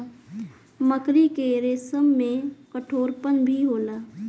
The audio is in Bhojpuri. मकड़ी के रेसम में कठोरपन भी होला